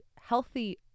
healthy